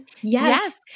Yes